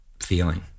feeling